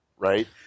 Right